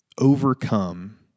overcome